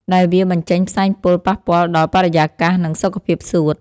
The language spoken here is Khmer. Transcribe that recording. ដែលវាបញ្ចេញផ្សែងពុលប៉ះពាល់ដល់បរិយាកាស និងសុខភាពសួត។